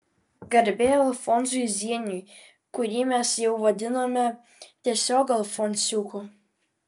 garbė alfonsui zieniui kurį mes jau vadinome tiesiog alfonsiuku